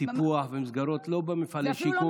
טיפוח ומסגרות לא במפעלי שיקום,